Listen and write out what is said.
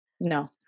No